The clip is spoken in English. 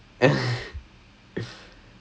then the instructor comes